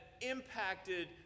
impacted